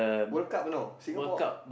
World-Cup you know Singapore